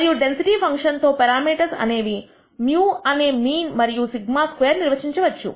మరియు density function తో parameters అనేవి μ అనే మీన్ మరియు σ2 నిర్వచించవచ్చు